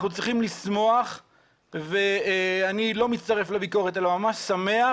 אנחנו צריכים לשמוח ואני לא מצטרף לביקורת אלא ממש שמח